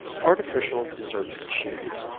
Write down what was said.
artificial dessert cheese